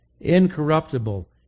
incorruptible